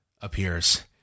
appears